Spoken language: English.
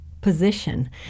position